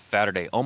Saturday